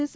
S